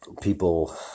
people